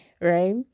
right